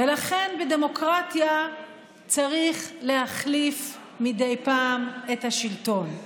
ולכן בדמוקרטיה צריך להחליף מדי פעם את השלטון.